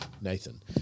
Nathan